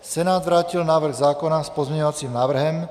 Senát vrátil návrh zákona s pozměňovacím návrhem.